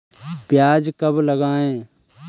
प्याज कब लगाएँ?